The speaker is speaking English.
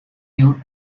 you